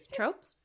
Tropes